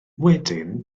wedyn